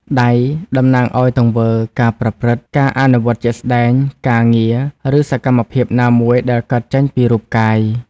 ដៃ តំណាងឱ្យ ទង្វើ ការប្រព្រឹត្ត ការអនុវត្តជាក់ស្ដែង ការងារ ឬសកម្មភាពណាមួយដែលកើតចេញពីរូបកាយ។